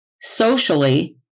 socially